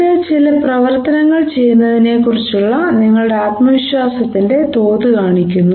ഇത് ചില പ്രവർത്തനങ്ങൾ ചെയ്യുന്നതിനെക്കുറിച്ചുള്ള നിങ്ങളുടെ ആത്മവിശ്വാസത്തിന്റെ തോത് കാണിക്കുന്നു